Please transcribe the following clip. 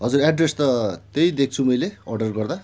हजुर एड्रेस त त्यही दिएको छु मैले अर्डर गर्दा